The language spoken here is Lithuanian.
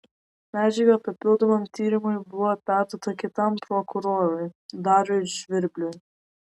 medžiaga papildomam tyrimui buvo perduota kitam prokurorui dariui žvirbliui